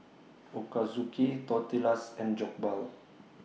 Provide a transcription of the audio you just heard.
Ochazuke Tortillas and Jokbal